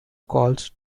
calls